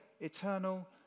eternal